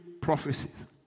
prophecies